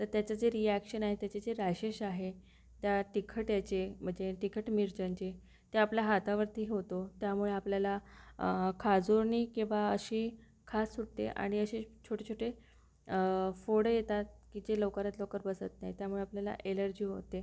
तर त्याचं जे रिॲक्शन आहे त्याचे जे रॅशेस आहे त्या तिखट याचे म्हणजे तिखट मिरच्यांचे त्या आपल्या हातावरती होतो त्यामुळे आपल्याला खाजोणी किंवा अशी खाज सुटते आणि अशे छोटे छोटे फोडं येतात की जे लवकरात लवकर बसत नाही त्यामुळे आपल्याला एलर्जी होते